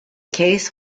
case